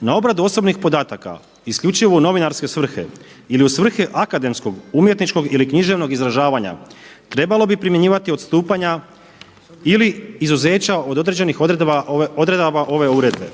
„Na obradu osobnih podataka isključivo u novinarske svrhe ili u svrhe akademskog, umjetničkog ili književnog izražavanja trebalo bi primjenjivati odstupanja ili izuzeća od određenih odredaba ove uredbe.